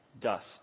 dust